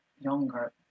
younger